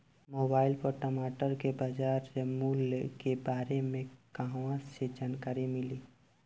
Mobile पर टमाटर के बजार मूल्य के बारे मे कहवा से जानकारी मिली?